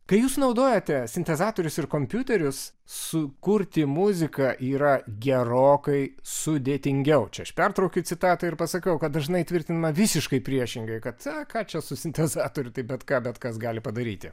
kai jūs naudojate sintezatorius ir kompiuterius sukurti muziką yra gerokai sudėtingiau čia aš pertraukiu citatą ir pasakau kad dažnai tvirtinama visiškai priešingai kad a ką čia su sintezatoriu tai bet ką bet kas gali padaryti